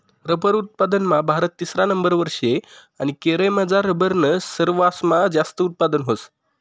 rubber उत्पादनमा भारत तिसरा नंबरवर शे आणि केरयमझार रबरनं सरवासमा जास्त उत्पादन व्हस